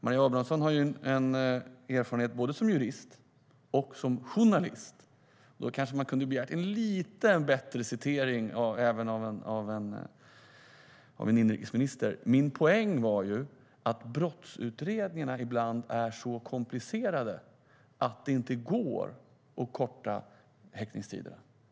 Maria Abrahamsson har en erfarenhet både som jurist och som journalist. Då kanske man kunde begära att hon lite bättre kunde citera inrikesministern. Min poäng var att brottsutredningarna ibland är så komplicerade att det inte går att korta häktningstiderna.